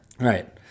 Right